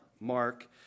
Mark